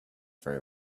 very